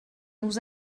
nous